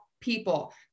people